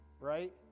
right